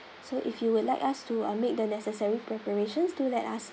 so if you would like us to uh make the necessary preparations do let us